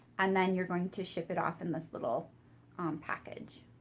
and then you're going to ship it off in this little um package.